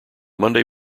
monday